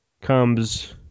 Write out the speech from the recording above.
comes